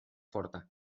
forta